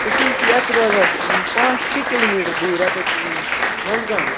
أسۍ حظ چھِ یَتہِ روزان پانٛژھ شےٚ کِلوٗ میٖٹر دوٗرِ ییٚتٮ۪تھ منٛزٕ گام